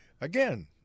again